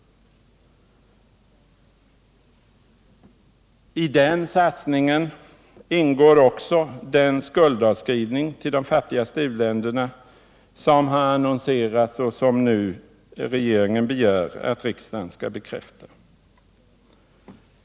I satsningen ingår också den skuldavskrivning till de fattigaste uländerna som har annonserats och som regeringen nu begär att riksdagen skall bekräfta.